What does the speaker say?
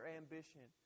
ambition